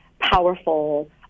powerful